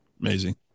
Amazing